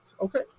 Okay